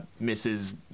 Mrs